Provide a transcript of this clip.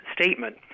statement